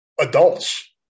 adults